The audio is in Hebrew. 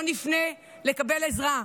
לא נפנה לקבל עזרה,